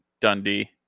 Dundee